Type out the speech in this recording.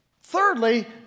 Thirdly